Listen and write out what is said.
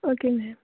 okay ma'am